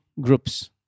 groups